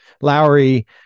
Lowry